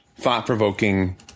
thought-provoking